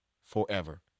forever